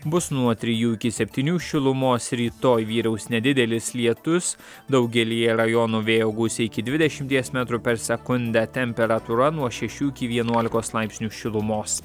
bus nuo trijų iki septynių šilumos rytoj vyraus nedidelis lietus daugelyje rajonų vėjo gūsiai iki dvidešimties metrų per sekundę temperatūra nuo šešių iki vienuolikos laipsnių šilumos